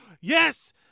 yes